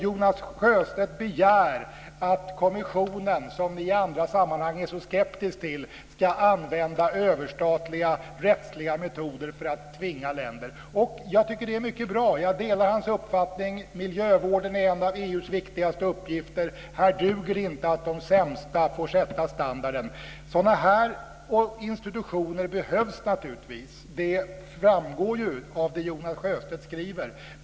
Jonas Sjöstedt begär alltså att kommissionen, som ni i andra sammanhang är så skeptiska till, ska använda överstatliga rättsliga metoder för att tvinga länder att göra detta. Jag tycker att det är mycket bra. Jag delar hans uppfattning. Miljövården är en av EU:s viktigaste uppgifter. Här duger det inte att de sämsta får sätta standarden. Sådana här institutioner behövs naturligtvis. Det framgår ju av det som Jonas Sjöstedt skriver.